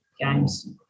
games